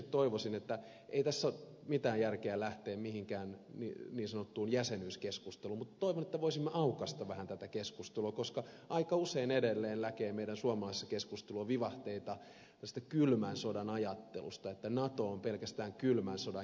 ei tässä ole mitään järkeä lähteä mihinkään niin sanottuun jäsenyyskeskusteluun mutta toivon että voisimme vähän aukaista tätä keskustelua koska aika usein edelleen näkee meidän suomalaisessa keskustelussa vivahteita sellaisesta kylmän sodan ajattelusta että nato on pelkästään kylmän sodan jäänne